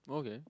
okay